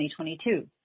2022